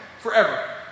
forever